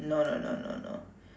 no no no no no